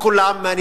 לא כולם, רובם.